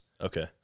Okay